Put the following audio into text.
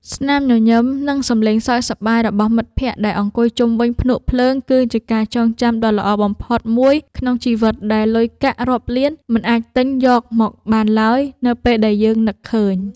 ស្នាមញញឹម និង សំឡេងសើចសប្បាយរបស់មិត្តភក្តិដែលអង្គុយជុំវិញភ្នក់ភ្លើងគឺជាការចងចាំដ៏ល្អបំផុតមួយក្នុងជីវិតដែលលុយកាក់រាប់លានមិនអាចទិញយកមកបានឡើយនៅពេលដែលយើងនឹកឃើញ។